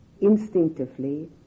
instinctively